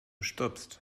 stirbst